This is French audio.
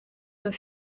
nos